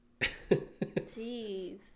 Jeez